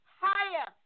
higher